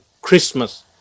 Christmas